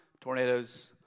tornadoes